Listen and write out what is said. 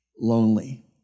lonely